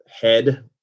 head